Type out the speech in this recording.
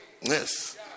Yes